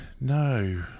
no